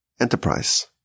enterprise